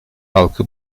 halkı